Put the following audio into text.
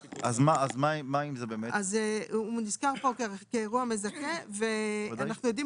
הוא מוזכר כאן כאירוע מזכה ואנחנו יודעים